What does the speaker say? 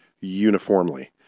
uniformly